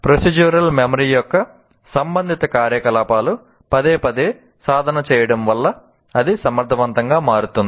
procedural memory కు మారుతుంది